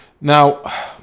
Now